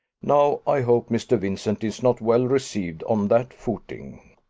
now, i hope mr. vincent is not well received on that footing.